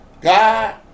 God